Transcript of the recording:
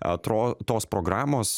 atro tos programos